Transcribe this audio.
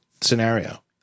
scenario